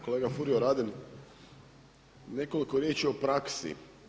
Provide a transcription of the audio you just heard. Kolega Furio Radin, nekoliko riječi o praksi.